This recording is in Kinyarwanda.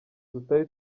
tutari